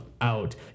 out